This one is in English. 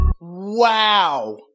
Wow